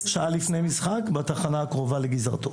שעה לפני משחק, בתחנה הקרובה לגזרתו.